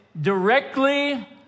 directly